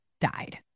died